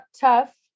tough